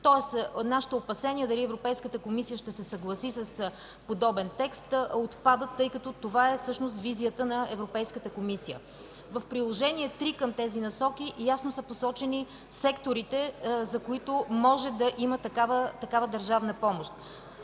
Тоест нашите опасения дали Европейската комисия ще се съгласи с подобен текст, отпадат, защото това е визията на Европейската комисия. В Приложение № 3 към тези насоки ясно са посочени секторите, за които може да има такава държавна помощ.